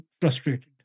frustrated